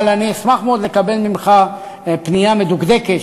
אבל אני אשמח מאוד לקבל ממך פנייה מדוקדקת